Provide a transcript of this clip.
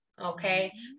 okay